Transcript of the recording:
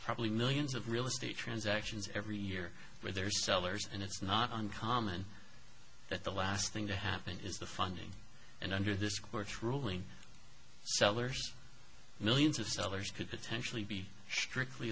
probably millions of real estate transactions every year where there sellers and it's not uncommon that the last thing to happen is the funding and under this court's ruling millions of dollars could potentially be strictly